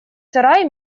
сарай